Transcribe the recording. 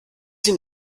sie